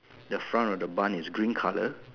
the front of the bun is green colour